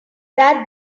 that